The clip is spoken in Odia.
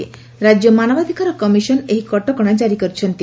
ରାକ୍ୟ ମାନବାଧିକାର କମିଶନ୍ ଏହି କଟକଶା ଜାରି କରିଛନ୍ତି